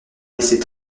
laisser